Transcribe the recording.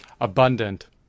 abundant